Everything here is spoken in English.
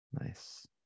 nice